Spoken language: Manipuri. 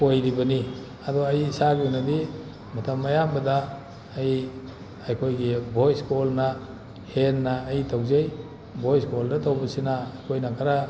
ꯑꯣꯏꯔꯤꯕꯅꯤ ꯑꯗꯣ ꯑꯩ ꯏꯁꯥꯒꯤ ꯑꯣꯏꯅꯗꯤ ꯃꯇꯝ ꯑꯌꯥꯝꯕꯗ ꯑꯩ ꯑꯩꯈꯣꯏꯒꯤ ꯚꯣꯏꯁ ꯀꯣꯜꯅ ꯍꯦꯟꯅ ꯑꯩ ꯇꯧꯖꯩ ꯚꯣꯏꯁ ꯀꯣꯜꯗ ꯇꯧꯕꯁꯤꯅ ꯑꯩꯈꯣꯏꯅ ꯈꯔ